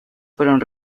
fueron